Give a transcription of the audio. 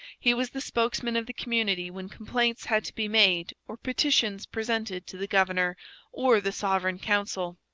he was the spokesman of the community when complaints had to be made or petitions presented to the governor or the sovereign council.